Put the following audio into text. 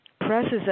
presses